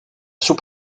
sous